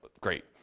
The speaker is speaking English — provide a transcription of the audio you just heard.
great